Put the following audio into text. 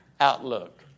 outlook